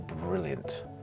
brilliant